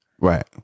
right